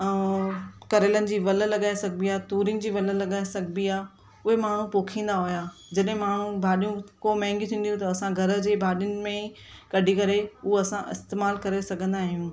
ऐं करेलनि जी वलि सघिबी आहे तुरियुनि जी वलि लॻाए सघिबी आहे उहे माण्हू पोखींदा हुया जॾहिं माण्हू भाॼियूं को महांगी थींदियूं त असां घर जे भाॼियुनि में कढी करे उहे असां इस्तेमालु करे सघंदा आहियूं